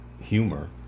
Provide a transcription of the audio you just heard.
humor